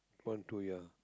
one two ya